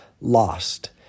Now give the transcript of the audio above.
lost